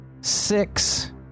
six